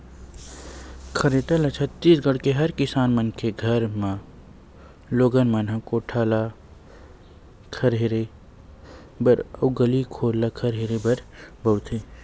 खरेटा ल छत्तीसगढ़ के हर किसान मन के घर म लोगन मन ह कोठा ल खरहेरे बर अउ गली घोर ल खरहेरे बर बउरथे